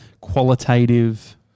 qualitative